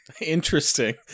Interesting